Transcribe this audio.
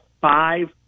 five